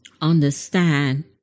understand